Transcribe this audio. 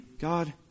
God